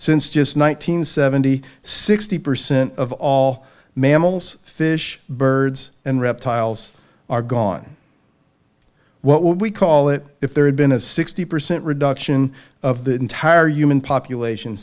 since just one nine hundred seventy sixty percent of all mammals fish birds and reptiles are gone what we call it if there had been a sixty percent reduction of the entire human population